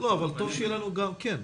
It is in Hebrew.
כן,